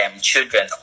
children